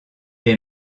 est